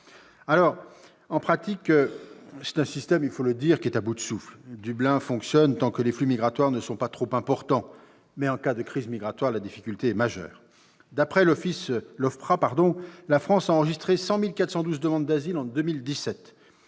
dire : en pratique, le système est aujourd'hui à bout de souffle. Dublin fonctionne tant que les flux migratoires ne sont pas trop importants ; mais, en cas de crise migratoire, la difficulté est majeure. D'après l'OFPRA, la France a enregistré 100 412 demandes d'asile en 2017.